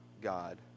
God